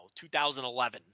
2011